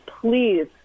please